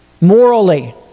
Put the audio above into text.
morally